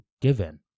given